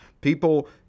People